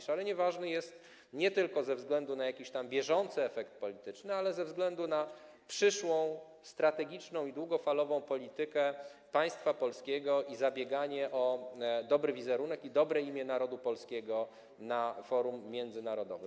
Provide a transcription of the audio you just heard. Szalenie ważny jest on nie tylko ze względu na jakiś tam bieżący efekt polityczny, ale także ze względu na przyszłą strategiczną i długofalową politykę państwa polskiego i zabieganie o dobry wizerunek i dobre imię narodu polskiego na forum międzynarodowym.